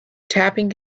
tapping